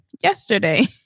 yesterday